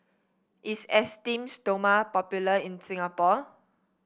is Esteem Stoma popular in Singapore